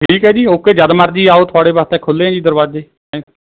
ਠੀਕ ਹੈ ਜੀ ਓਕੇ ਜਦੋਂ ਮਰਜ਼ੀ ਆਓ ਤੁਹਾਡੇ ਵਾਸਤੇ ਖੁੱਲ੍ਹੇ ਜੀ ਦਰਵਾਜ਼ੇ